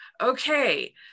Okay